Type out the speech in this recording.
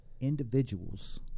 individuals